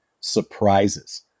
surprises